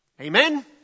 Amen